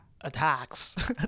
attacks